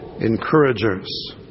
encouragers